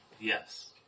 Yes